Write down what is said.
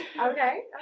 Okay